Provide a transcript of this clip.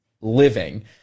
living